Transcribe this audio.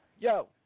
Yo